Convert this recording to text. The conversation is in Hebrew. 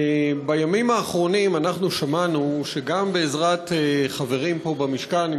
בימים האחרונים שמענו שגם בעזרת חברים פה במשכן,